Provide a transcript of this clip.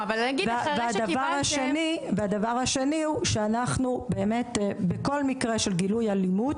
והדבר השני הוא שבכל מקרה של גילוי אלימות,